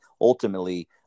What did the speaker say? ultimately